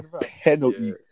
Penalty